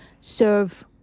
serve